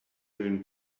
even